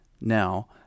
Now